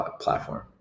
platform